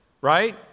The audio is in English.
Right